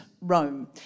Rome